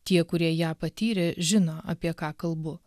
tie kurie ją patyrė žino apie ką kalbu